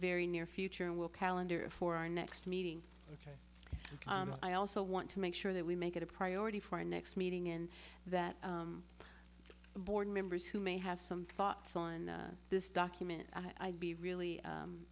very near future and we'll calendar for our next meeting i also want to make sure that we make it a priority for our next meeting in that board members who may have some thoughts on this document i'd be really